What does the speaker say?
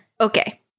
okay